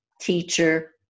teacher